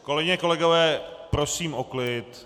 Kolegyně, kolegové, prosím o klid.